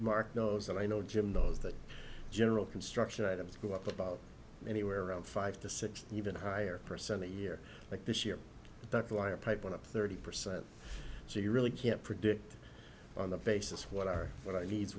mark knows and i know jim those that general construction items go up about anywhere around five to six even higher percent a year like this year that's why a pipe went up thirty percent so you really can't predict on the basis what are what i needs